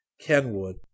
Kenwood